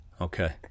Okay